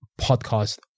Podcast